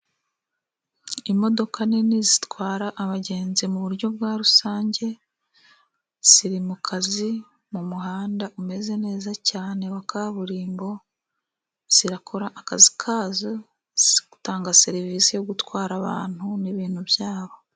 Imodoka nini zitwara abagenzi mu buryo bwa rusange， ziri mu kazizi mu muhanda umeze neza cyane wa kaburimbo， zirakora akazi kazo，ziri gutanga serivisi yo gutwara abantu n’ibintu byabo.